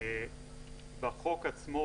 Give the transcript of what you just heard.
בחוק עצמו,